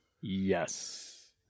Yes